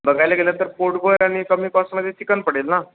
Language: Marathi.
बघायला गेलं तर पोटगोय आणि कमी कॉस्टमध्ये चिकन पडेल ना